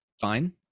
fine